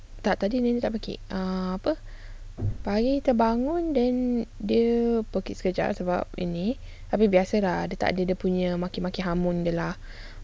tak tadi nenek tak pekik ah apa pagi dia terbangun then dia pekik sekejap lah sebab ini tapi biasa lah dia tak ada dia punya maki-maki hamun lah